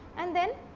and then,